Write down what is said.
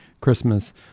christmas